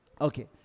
Okay